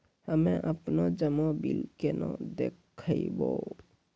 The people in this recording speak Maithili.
हम्मे आपनौ जमा बिल केना देखबैओ?